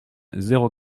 zéro